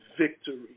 Victory